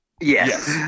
Yes